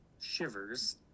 Shivers